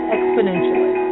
Exponentially